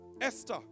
Esther